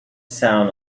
sound